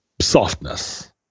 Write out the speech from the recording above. softness